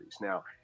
Now